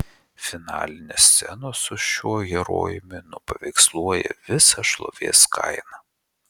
finalinės scenos su šiuo herojumi nupaveiksluoja visą šlovės kainą